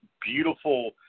beautiful